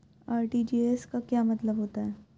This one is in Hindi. आर.टी.जी.एस का क्या मतलब होता है?